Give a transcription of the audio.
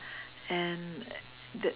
and that